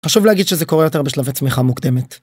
חשוב להגיד שזה קורה יותר בשלבי צמיחה מוקדמת.